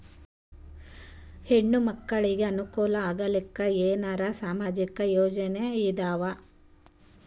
ಹೆಣ್ಣು ಮಕ್ಕಳಿಗೆ ಅನುಕೂಲ ಆಗಲಿಕ್ಕ ಏನರ ಸಾಮಾಜಿಕ ಯೋಜನೆ ಇದಾವ?